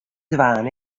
dwaan